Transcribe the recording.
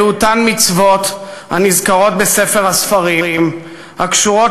אלה אותן מצוות הנזכרות בספר הספרים הקשורות